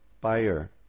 buyer